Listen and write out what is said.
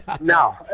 No